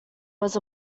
was